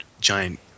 giant